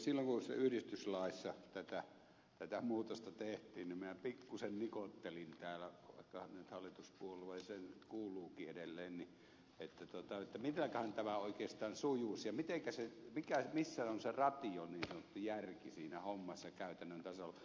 silloin kun yhdistyslaissa tätä muutosta tehtiin minä pikkuisen nikottelin täällä kukahan nyt hallituspuolueeseen kuuluukaan edelleen että mitenkähän tämä oikeastaan sujuisi ja missä on se ratio niin sanottu järki siinä hommassa käytännön tasolla